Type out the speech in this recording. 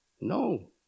No